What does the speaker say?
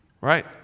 right